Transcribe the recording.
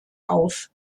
auf